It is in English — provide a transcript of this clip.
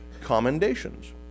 commendations